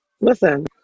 Listen